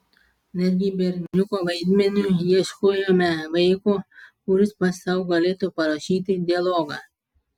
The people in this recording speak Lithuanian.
netgi berniuko vaidmeniui ieškojome vaiko kuris pats sau galėtų parašyti dialogą